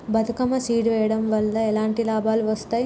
Bathukamma seed వెయ్యడం వల్ల ఎలాంటి లాభాలు వస్తాయి?